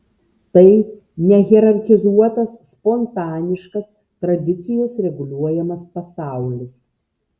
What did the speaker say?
tai nehierarchizuotas spontaniškas tradicijos reguliuojamas pasaulis